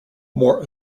more